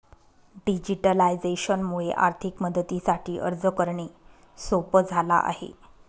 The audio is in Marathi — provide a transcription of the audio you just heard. डिजिटलायझेशन मुळे आर्थिक मदतीसाठी अर्ज करणे सोप झाला आहे